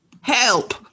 help